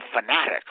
fanatic